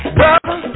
brother